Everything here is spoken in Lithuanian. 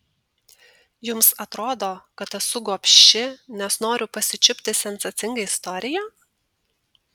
jums atrodo kad esu gobši nes noriu pasičiupti sensacingą istoriją